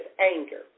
anger